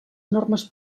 normes